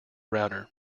router